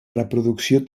reproducció